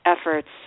efforts